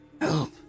help